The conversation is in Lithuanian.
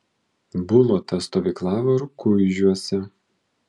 bulota stovyklavo rukuižiuose